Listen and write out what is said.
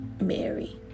Mary